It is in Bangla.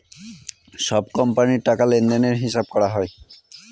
সব কোম্পানির টাকা লেনদেনের হিসাব করা হয়